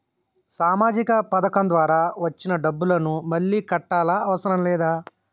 సామాజిక పథకం ద్వారా వచ్చిన డబ్బును మళ్ళా కట్టాలా అవసరం లేదా?